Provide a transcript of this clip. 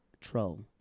Troll